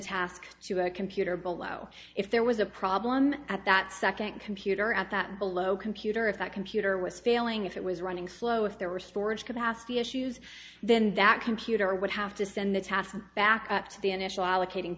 a computer below if there was a problem at that second computer at that billo computer if that computer was failing if it was running slow if there were storage capacity issues then that computer would have to send the task back to the initial allocating